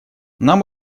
нам